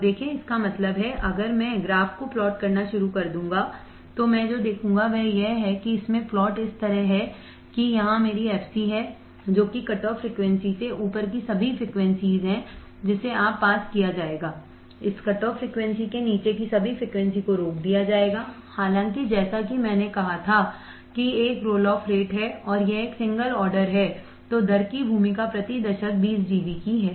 तो देखें इसका मतलब है अगर मैं ग्राफ़ को प्लॉट करना शुरू कर दूंगा तो मैं जो देखूंगा वह यह है कि इसमें प्लॉट इस तरह है जहां यह मेरीf c है जो कि कटऑफ़ फ़्रीक्वेंसी से ऊपर की सभी फ़्रीक्वेंसी है जिसे पास किया जाएगा इस कटऑफ़ फ़्रीक्वेंसी के नीचे की सभी फ़्रीक्वेंसी को रोक दिया जाएगा हालाँकि जैसा कि मैंने कहा था कि एक रोल ऑफ रेट है और यह एक सिंगल आर्डर है तो दर की भूमिका प्रति दशक 20 डीबी की है